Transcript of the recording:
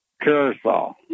carousel